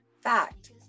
fact